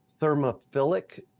thermophilic